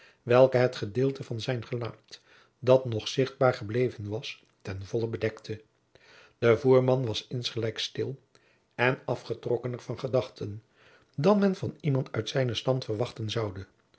welke het gedeelte van zijn gelaat dat nog zichtbaar gebleven was ten vollen bedekte de voerman was insgelijks stil en afgetrokkener van gedachten dan men van iemand uit zijnen stand verwachten zoude